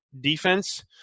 defense